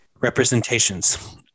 representations